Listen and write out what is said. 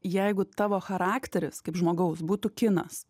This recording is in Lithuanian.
jeigu tavo charakteris kaip žmogaus būtų kinas